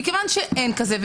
כיוון שאין כזה,